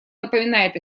напоминает